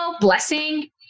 blessing